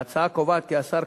וההצעה קובעת כי השר